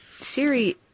Siri